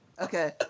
Okay